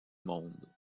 monde